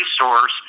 resource